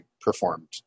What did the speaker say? performed